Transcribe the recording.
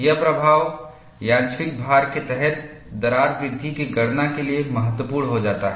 यह प्रभाव यादृच्छिक भार के तहत दरार वृद्धि की गणना के लिए महत्वपूर्ण हो जाता है